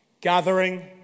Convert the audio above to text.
gathering